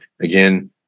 Again